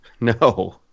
No